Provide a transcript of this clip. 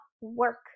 work